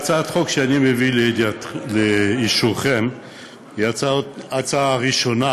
הצעת החוק שאני מביא לאישורכם היא הצעה ראשונה,